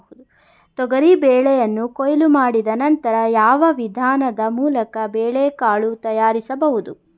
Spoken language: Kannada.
ತೊಗರಿ ಬೇಳೆಯನ್ನು ಕೊಯ್ಲು ಮಾಡಿದ ನಂತರ ಯಾವ ವಿಧಾನದ ಮೂಲಕ ಬೇಳೆಕಾಳು ತಯಾರಿಸಬಹುದು?